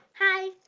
Hi